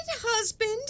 husband